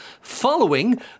Following